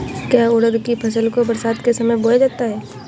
क्या उड़द की फसल को बरसात के समय बोया जाता है?